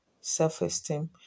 self-esteem